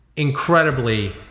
Incredibly